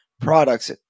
products